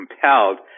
compelled